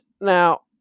now